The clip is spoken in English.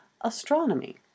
astronomy